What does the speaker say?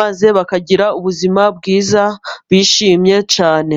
maze bakagira ubuzima bwiza bishimye cyane.